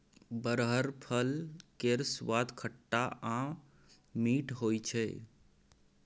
बरहर फल केर सुआद खट्टा आ मीठ होइ छै